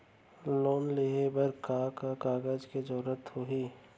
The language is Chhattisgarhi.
लोन लेहे बर का का कागज के जरूरत होही?